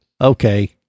Okay